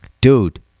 Dude